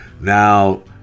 Now